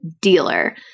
dealer